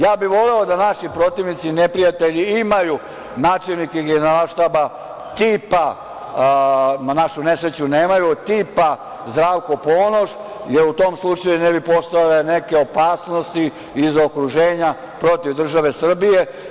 Ja bih voleo da naši protivnici, neprijatelji imaju načelnike generalštaba, tipa na našu nesreću nemaju, tipa, Zdravko Ponoš jer u tom slučaju ne bi postojala neke opasnosti iz okruženja protiv države Srbije.